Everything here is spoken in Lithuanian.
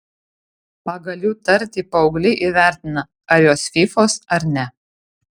pagal jų tartį paaugliai įvertina ar jos fyfos ar ne